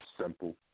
Simple